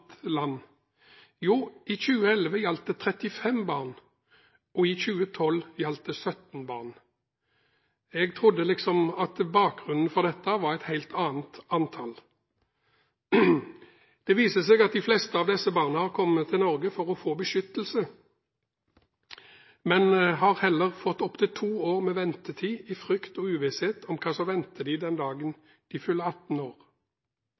land. Jo, i 2011 gjaldt det 35 barn, og i 2012 gjaldt det 17 barn. Jeg trodde at bakgrunnen for dette var et helt annet antall. Det viser seg at de fleste av disse barna kommer til Norge for å få beskyttelse, men har heller fått opptil to år med ventetid i frykt og uvisshet om hva som venter dem den dagen de fyller 18 år.